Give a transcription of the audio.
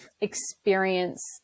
experience